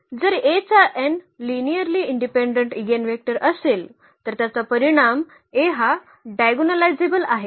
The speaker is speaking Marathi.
जर A चा n लिनिअर्ली इंडिपेंडेंट इगेनवेक्टर असेल तर त्याचा परिणाम A हा डायगोनलायझेबल आहे